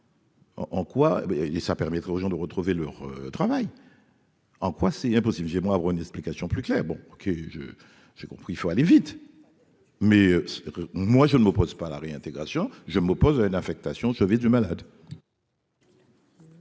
En quoi il est ça permettrait aux gens de retrouver leur travail. En quoi c'est impossible chez moi, avoir une explication plus claire bon, OK, je j'ai compris, il faut aller vite, mais moi je ne me pose pas la réintégration je m'oppose à une affectation du malade.